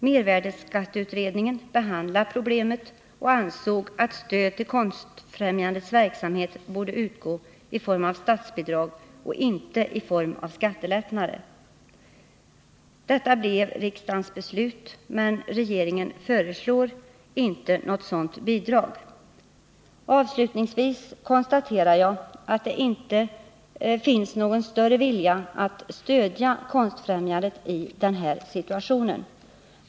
Mervärdeskatteutredningen behandlade problemet och ansåg att stöd till Konstfrämjandets verksamhet borde utgå i form av statsbidrag och inte i form av skattelättnader. Detta blev riksdagens beslut, men regeringen föreslår inte något sådant bidrag. Avslutningsvis konstaterar jag att det inte finns någon större vilja att stödja Konstfrämjandet i den här situationen.